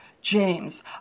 James